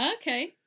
Okay